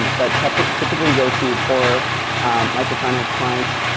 that typically typically go to poorer microfinance clients.